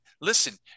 listen